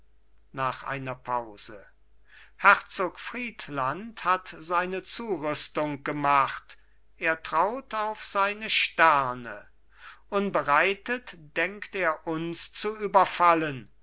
nach einer pause herzog friedland hat seine zurüstung gemacht er traut auf seine sterne unbereitet denkt er uns zu überfallen